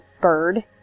bird